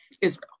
Israel